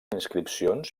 inscripcions